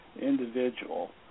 individual